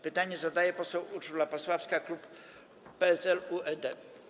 Pytanie zadaje poseł Urszula Pasławska, klub PSL - UED.